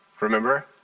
Remember